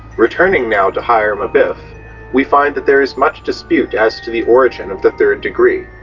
returning now to hiram-abiff, we find that there is much dispute as to the origin of the third degree,